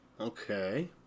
Okay